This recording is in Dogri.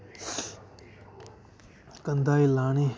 कंधै गी लानी